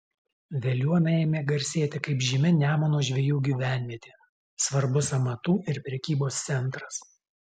veliuona ėmė garsėti kaip žymi nemuno žvejų gyvenvietė svarbus amatų ir prekybos centras